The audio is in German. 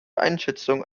einschätzung